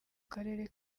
karere